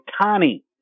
Otani